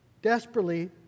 desperately